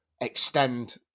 extend